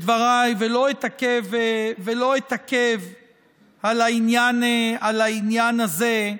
בדבריי, ולא אתעכב על העניין הזה,